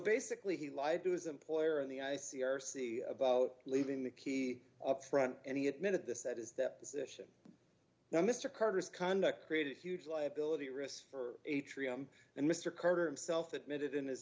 basically he lied to his employer in the i c r c about leaving the key up front and he admitted this that is that position now mr carter's conduct created a huge liability risks for atrium and mr carter himself admitted in his